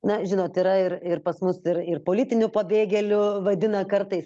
na žinot yra ir ir pas mus ir ir politiniu pabėgėliu vadina kartais